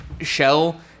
shell